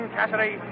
Cassidy